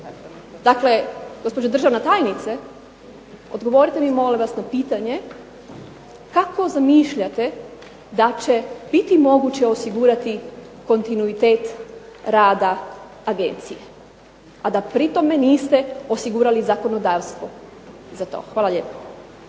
Dakle, gospođo državna tajnice, odgovorite mi molim vas na pitanje, kako zamišljate da će biti moguće osigurati kontinuitet rada agencije, a da pri tome niste osigurali zakonodavstvo za to? Hvala lijepa.